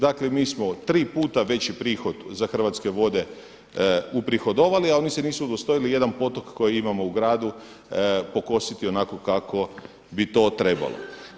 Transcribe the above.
Dakle, mi smo tri puta veći prihod za Hrvatske vode uprihodovali, a oni se nisu udostojali jedan potok koji imamo u gradu pokositi onako kako bi to trebalo.